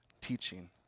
teaching